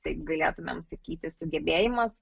taip galėtumėm sakyti sugebėjimas